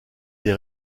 des